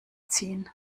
ziehen